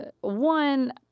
One